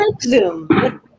Zoom